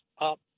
up